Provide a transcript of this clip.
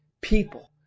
people